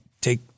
take